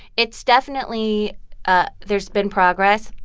it's definitely ah there's been progress,